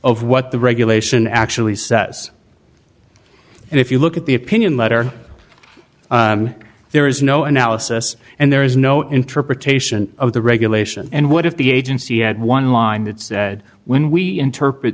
of what the regulation actually says and if you look at the opinion letter there is no analysis and there is no interpretation of the regulation and what if the agency had one line that said when we interpret